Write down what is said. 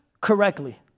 correctly